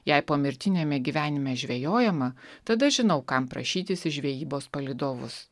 jei pomirtiniame gyvenime žvejojama tada žinau kam prašytis į žvejybos palydovus